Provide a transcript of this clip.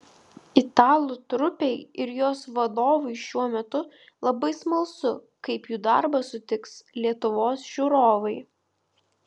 italų trupei ir jos vadovui šiuo metu labai smalsu kaip jų darbą sutiks lietuvos žiūrovai